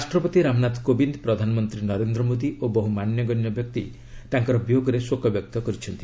ରାଷ୍ଟ୍ରପତି ରାମନାଥ କୋବିନ୍ଦ ପ୍ରଧାନମନ୍ତ୍ରୀ ନରେନ୍ଦ୍ର ମୋଦୀ ଓ ବହୁ ମାନ୍ୟଗଣ୍ୟ ବ୍ୟକ୍ତି ତାଙ୍କର ବିୟୋଗରେ ଶୋକ ବ୍ୟକ୍ତ କରିଛନ୍ତି